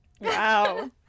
Wow